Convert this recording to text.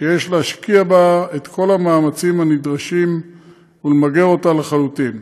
שיש להשקיע בה את כל המאמצים הנדרשים ולמגר אותה לחלוטין.